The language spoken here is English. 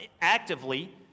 actively